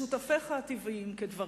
שותפיך הטבעיים כדבריך,